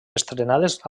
estrenades